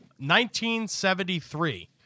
1973